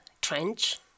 trench